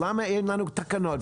למה אין לנו תקנות.